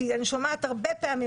אומר תמיד,